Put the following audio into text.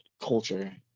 culture